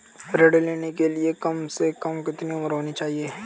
ऋण लेने के लिए कम से कम कितनी उम्र होनी चाहिए?